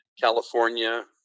California